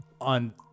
on